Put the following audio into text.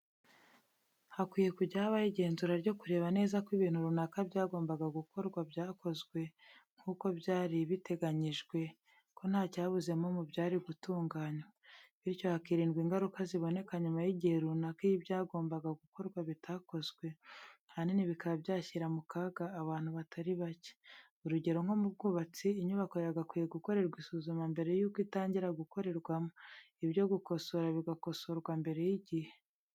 Hakwiye kujya habaho igenzura ryo kureba neza ko ibintu runaka byagombaga gukorwa ko byakozwe nkuko byari biteganijwe ko ntacyabuzemo mu byari gutunganwa. Bityo hakirindwa ingaruka ziboneka nyuma y'igihe runaka iyo ibyagombaga gukorwa bitakozwe, ahanini bikaba byashyira mu kaga abantu batari bake. Urugero nko mu bwubatsi inyubako yagakwiye gukorerwa isuzumwa mbere yuko itangira gukorerwamo, ibyo gukosora bigakosorwa mbere y'igihe.